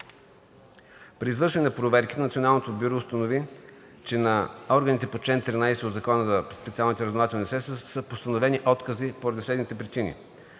При извършване на проверките Националното бюро установи, че на органите по чл. 13 от Закона за специалните разузнавателни средства са постановени откази поради следните причини: